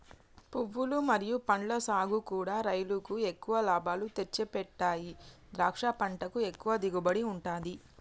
పువ్వులు మరియు పండ్ల సాగుకూడా రైలుకు ఎక్కువ లాభాలు తెచ్చిపెడతాయి ద్రాక్ష పంటకు ఎక్కువ దిగుబడి ఉంటది